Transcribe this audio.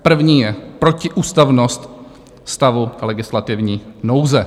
První je protiústavnost stavu legislativní nouze.